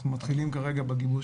אנחנו מתחילים כרגע בגיבוש